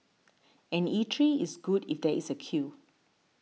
an eatery is good if there is a queue